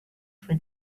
for